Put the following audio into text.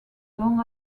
long